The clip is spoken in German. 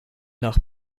nach